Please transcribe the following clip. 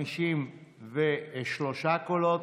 53 קולות,